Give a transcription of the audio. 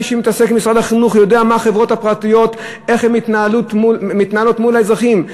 מי שמתעסק עם משרד החינוך יודע איך החברות הפרטיות מתנהלות מול האזרחים,